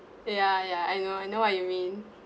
ya ya I know I know what you mean